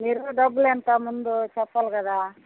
మీరు డబ్బులెంతో ముందు చెప్పాలి కదా